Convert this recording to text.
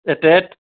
eight eight